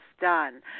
done